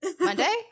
Monday